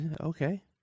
Okay